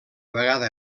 vegada